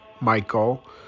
Michael